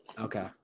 Okay